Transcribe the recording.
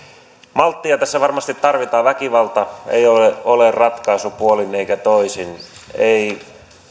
malttia tässä varmasti tarvitaan väkivalta ei ole ole ratkaisu puolin eikä toisin ei